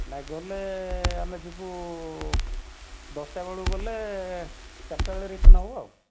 ନାଇଁ ଗଲେ ଆମେ ଯିବୁ ଦଶଟା ବେଳକୁ ଗଲେ ଚାରିଟା ବେଲେ ରିଟର୍ନ୍ ହେବ ଆଉ